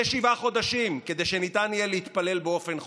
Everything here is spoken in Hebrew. שבעה חודשים כדי שניתן יהיה להתפלל באופן חופשי.